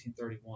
1831